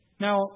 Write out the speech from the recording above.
Now